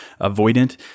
avoidant